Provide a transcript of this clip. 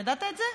ידעת את זה?